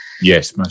Yes